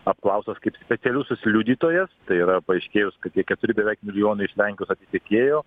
apklaustas kaip specialusis liudytojas tai yra paaiškėjus kad tie keturi beveik milijonai iš lenkijos atitekėjo